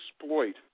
exploit